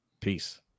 Peace